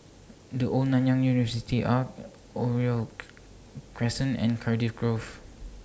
The Old Nanyang University Arch Oriole Crescent and Cardiff Grove